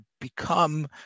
become